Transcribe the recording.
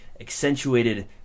accentuated